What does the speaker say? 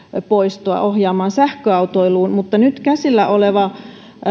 poistoa ohjaamaan sähköautoiluun mutta onhan tämä nyt käsillä oleva